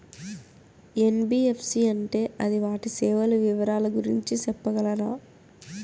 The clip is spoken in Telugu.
ఎన్.బి.ఎఫ్.సి అంటే అది వాటి సేవలు వివరాలు గురించి సెప్పగలరా?